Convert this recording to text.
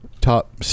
top